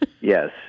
yes